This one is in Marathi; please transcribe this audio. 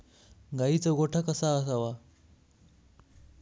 गाईचा गोठा कसा असावा?